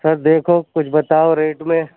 سر دیکھو کچھ بتاؤ ریٹ میں